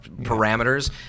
parameters